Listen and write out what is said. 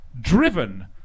driven